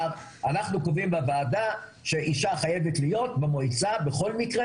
אנחנו קובעים בוועדה שאשה חייבת להיות במועצה בכל מקרה